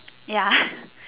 ya